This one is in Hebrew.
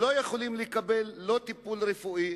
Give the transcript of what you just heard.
שלא יכולים לקבל טיפול רפואי,